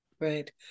Right